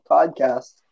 Podcast